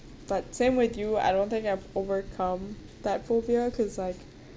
but same with you I don't think I've overcome that phobia because like